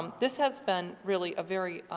um this has been really a very